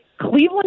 Cleveland